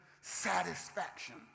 satisfaction